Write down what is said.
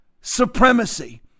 supremacy